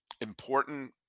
important